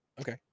okay